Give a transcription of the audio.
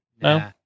no